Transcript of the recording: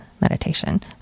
meditation